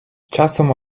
часом